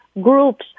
groups